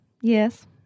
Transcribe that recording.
Yes